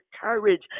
courage